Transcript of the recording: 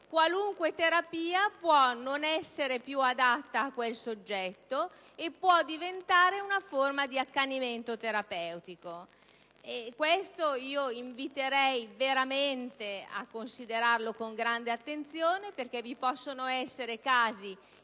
qualunque terapia può non essere più adatta per il soggetto e può diventare una forma di accanimento terapeutico. Invito pertanto veramente a considerare ciò con grande attenzione perché vi possono essere casi in